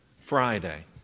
Friday